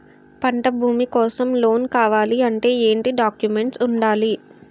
పంట భూమి కోసం లోన్ కావాలి అంటే ఏంటి డాక్యుమెంట్స్ ఉండాలి?